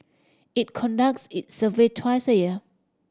it conducts its survey twice a year